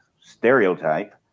stereotype